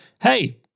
hey